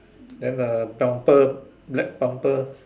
then the bumper black bumper